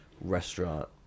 restaurant